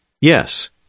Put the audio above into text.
yes